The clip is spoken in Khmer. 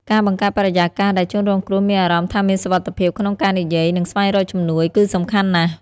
ការបង្កើតបរិយាកាសដែលជនរងគ្រោះមានអារម្មណ៍ថាមានសុវត្ថិភាពក្នុងការនិយាយ និងស្វែងរកជំនួយ គឺសំខាន់ណាស់។